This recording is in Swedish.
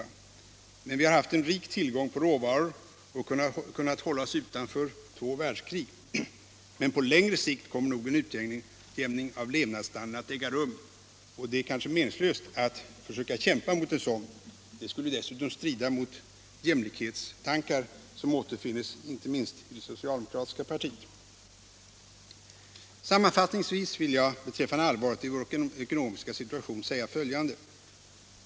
Vi har emellertid haft en rik tillgång på råvaror och kunnat hålla oss utanför två världskrig. Men på längre sikt kommer nog en utjämning av levnadsstandarden att äga rum, och det är kanske meningslöst att försöka kämpa emot en sådan. Det skulle dessutom strida mot jämlikhetstankar som återfinns inte minst inom det socialdemokratiska partiet. Sammanfattningsvis vill jag beträffande allvaret i vår ekonomiska situation säga följande.